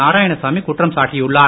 நாராயணசாமி குற்றம் சாட்டியுள்ளார்